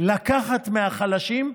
לקחת מהחלשים.